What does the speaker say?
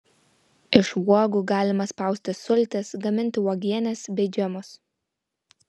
iš uogų galima spausti sultis gaminti uogienes bei džemus